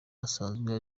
asanzwe